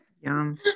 Yum